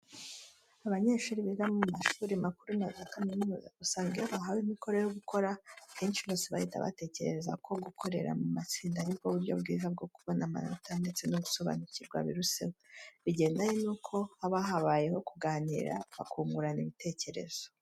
Abanyeshuri biga mu mashuri makuru na za kaminuza, usanga iyo bahawe imikoro yo gukora, akenshi bose bahita batekereza ko gukorera mu matsinda ari bwo buryo bwiza bwo kubona amanota ndetse no gusobanukirwa biruseho, bigendanye nuko haba habayeho kuganira, bakungurana ibitekerezo.